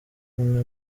umwe